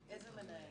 איזה מנהל?